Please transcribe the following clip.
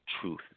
truth